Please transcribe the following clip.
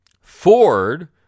Ford